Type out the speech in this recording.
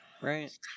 Right